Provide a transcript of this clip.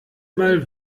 mal